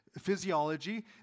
physiology